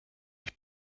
ich